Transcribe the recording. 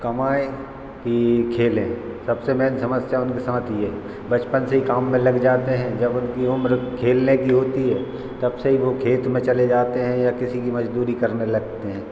कमाएँ कि खेलें सबसे मेन समस्या उनके साथ ये है बचपन से ही काम में लग जाते हैं जब उनकी उम्र खेलने की होती है तब से ही वो खेत में चले जाते हैं या किसी की मज़दूरी करने लगते हैं